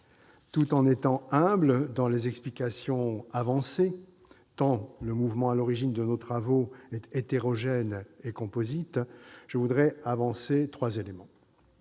Tout en étant humble dans les explications avancées, tant le mouvement à l'origine de nos travaux est hétérogène et composite, je voudrais évoquer trois éléments.